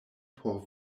por